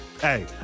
Hey